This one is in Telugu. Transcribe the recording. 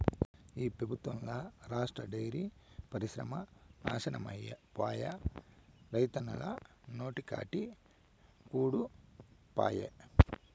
ఈ పెబుత్వంల రాష్ట్ర డైరీ పరిశ్రమ నాశనమైపాయే, రైతన్నల నోటికాడి కూడు పాయె